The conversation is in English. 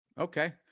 Okay